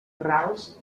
rals